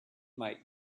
might